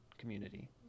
community